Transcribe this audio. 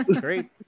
Great